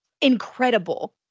incredible